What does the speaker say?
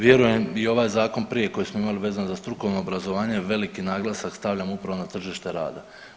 Vjerujem i ovaj zakon prije koji smo imali vezano za strukovno obrazovanje veliki naglasak stavljamo upravo na tržište rada.